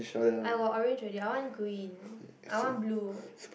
I wore orange already I want green I want blue